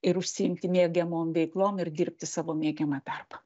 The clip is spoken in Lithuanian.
ir užsiimti mėgiamom veiklom ir dirbti savo mėgiamą darbą